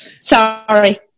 Sorry